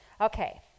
Okay